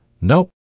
Nope